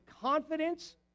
confidence